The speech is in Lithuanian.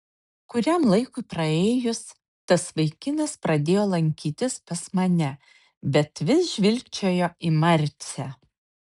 kuriam laikui praėjus tas vaikinas pradėjo lankytis pas mane bet vis žvilgčiojo į marcę